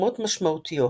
תרומות משמעותיות